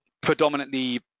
predominantly